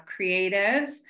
creatives